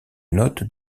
note